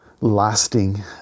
lasting